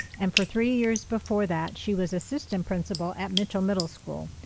and for three years before that, she was assistant principal at mitchell middle school.